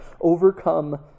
overcome